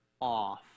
off